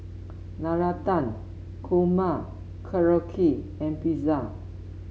Navratan Korma Korokke and Pizza